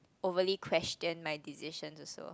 overly question my decisions also